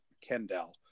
Kendall